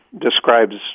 describes